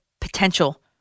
potential